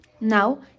Now